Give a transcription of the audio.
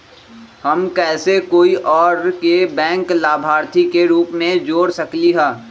हम कैसे कोई और के बैंक लाभार्थी के रूप में जोर सकली ह?